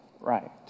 right